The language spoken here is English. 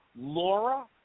Laura